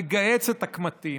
לגהץ את הקמטים,